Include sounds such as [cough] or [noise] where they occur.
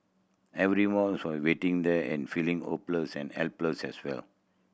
everyone [unintelligible] waiting there and feeling hopeless and helpless as well